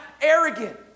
arrogant